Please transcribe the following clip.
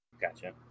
Gotcha